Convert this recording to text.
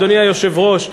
אדוני היושב-ראש,